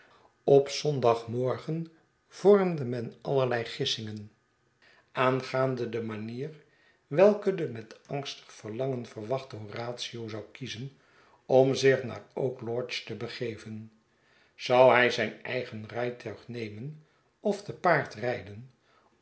op zondagmorgen vormde men allerlei gissinsingen aangaande de manier welke de met angstig verlangen verwachte horatio zou kiezen om zich naar oak lodge te begeven zou hij zijn eigen rijtuig nemen of te paard